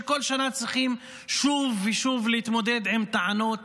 שכל שנה צריכים שוב ושוב להתמודד עם טענות